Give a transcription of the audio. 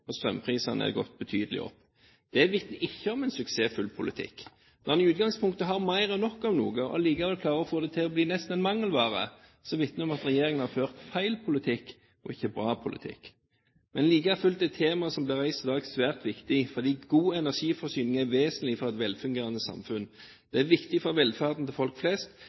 og strømprisene er gått betydelig opp. Det vitner ikke om en suksessfull politikk. Når en i utgangspunktet har mer enn nok av noe og likevel klarer å få det til å bli nesten en mangelvare, vitner det om at regjeringen har ført feil politikk og ikke bra politikk. Like fullt er temaet som blir reist i dag, svært viktig fordi god energiforsyning er vesentlig for et velfungerende samfunn. Det er viktig for velferden til folk flest,